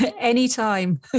anytime